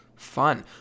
Fun